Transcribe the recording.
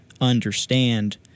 understand